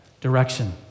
direction